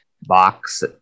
box